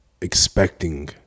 expecting